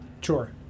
Sure